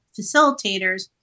facilitators